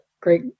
great